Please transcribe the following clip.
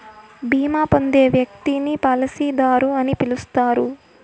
బీమా పొందే వ్యక్తిని పాలసీదారు అని పిలుస్తారు